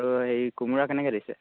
আৰু হেৰি কোমোৰা কেনেকৈ দিছে